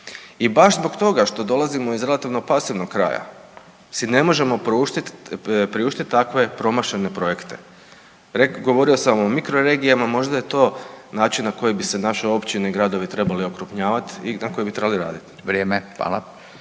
I baš zbog toga što dolazimo iz relativno pasivnog kraja si ne možemo priuštiti takve promašene projekte. Govorio sam o mikroregijama možda je to način na koji bi se naše općine i gradovi trebali okrupnjavat i na koji bi trebali …/Upadica: Vrijeme, hvala./…